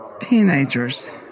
teenagers